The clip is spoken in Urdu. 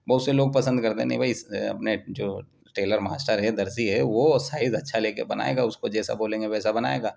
بہت سے لوگ پسند کرتے ہیں نہیں بھائی اس اپنے جو ٹیلر ماسٹر ہے درزی ہے وہ سائز اچھا لے کے بنائے گا اس کو جیسا بولیں گے ویسا بنائے گا